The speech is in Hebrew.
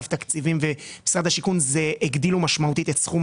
אגף התקציבים ומשרד השיכון הגדילו משמעותית את סכום